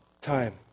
time